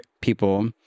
people